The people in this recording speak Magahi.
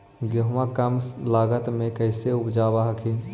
गेहुमा कम लागत मे कैसे उपजाब हखिन?